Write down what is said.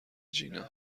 جینا